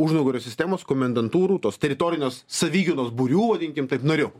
užnugario sistemos komendantūrų tos teritorinės savigynos būrių vadinkim taip nariu